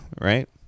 right